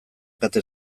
kate